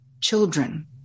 children